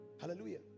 Hallelujah